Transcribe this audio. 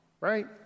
right